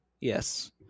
Yes